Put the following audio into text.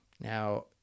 Now